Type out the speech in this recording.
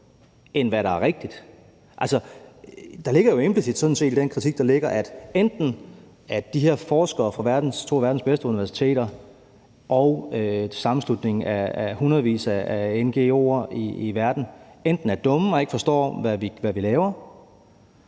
end hvad der er rigtigt. Der ligger jo sådan set implicit i den kritik, der ligger her, at enten er de her forskere fra to af verdens bedste universiteter og sammenslutningen af hundredvis af ngo'er i verden dumme og forstår ikke, hvad vi laver,